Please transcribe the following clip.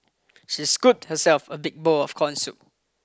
she scooped herself a big bowl of corn soup